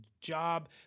job